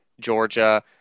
Georgia